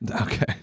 Okay